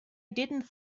didn’t